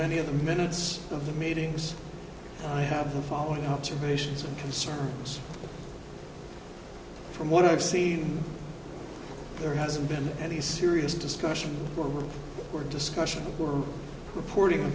many of the minutes of the meetings i have the following observations and concerns from what i've seen there hasn't been any serious discussion or discussion or reporting on